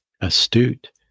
astute